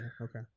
Okay